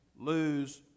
lose